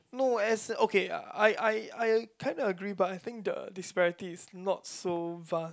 no as okay I I I kind of agree but I think the disparity is not so vast